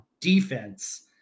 defense